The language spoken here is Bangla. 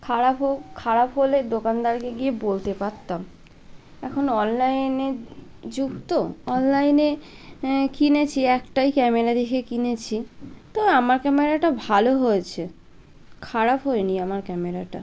খারাপ হোক খারাপ হলে দোকানদারকে গিয়ে বলতে পারতাম এখন অনলাইনের যুগ তো অনলাইনে কিনেছি একটাই ক্যামেরা দেখে কিনেছি তো আমার ক্যামেরাটা ভালো হয়েছে খারাপ হয় নি আমার ক্যামেরাটা